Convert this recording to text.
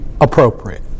appropriate